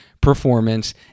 performance